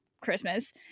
Christmas